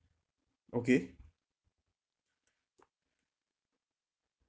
okay